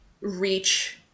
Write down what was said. reach